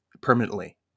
permanently